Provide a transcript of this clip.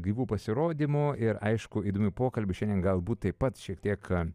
gyvų pasirodymu ir aišku įdomių pokalbių šiandien galbūt taip pat šiek tiek